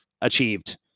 achieved